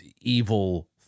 evil